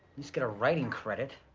least get a writing credit.